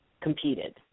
competed